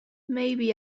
maybe